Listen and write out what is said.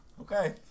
Okay